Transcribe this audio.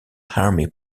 army